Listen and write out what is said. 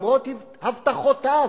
למרות הבטחותיו,